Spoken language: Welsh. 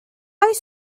oes